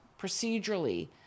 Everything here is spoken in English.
procedurally